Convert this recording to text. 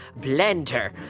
blender